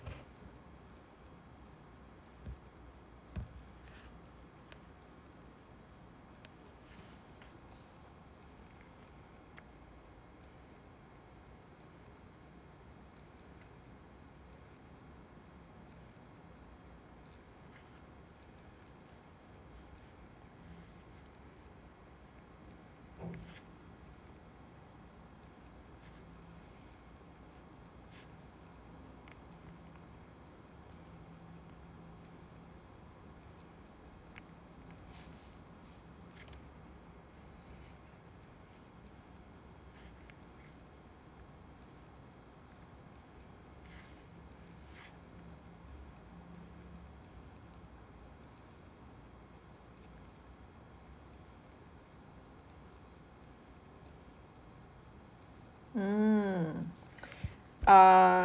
mm err